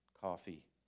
coffee